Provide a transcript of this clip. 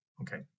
Okay